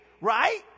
right